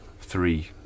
three